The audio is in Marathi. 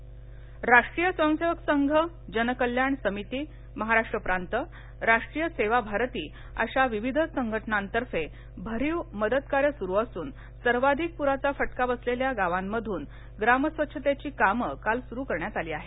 संघ राष्ट्रीय स्वयंसेवक संघ जनकल्याण समिती महाराष्ट्र प्रांत राष्ट्रीय सेवाभारती आणि संघविचारांच्या विविध संघटनांतर्फे भरीव मदतकार्य सुरू असून सर्वाधिक पुराचा फटका बसलेल्या गावांमधून ग्रामस्वच्छतेची कामं काल सुरू करण्यात आली आहेत